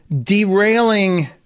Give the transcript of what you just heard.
derailing